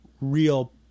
real